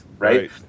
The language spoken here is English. Right